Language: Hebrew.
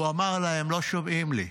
הוא אמר לה: הם לא שומעים לי.